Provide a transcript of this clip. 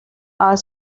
are